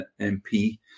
MP